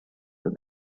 but